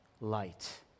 light